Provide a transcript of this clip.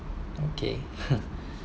okay